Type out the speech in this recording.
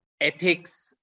ethics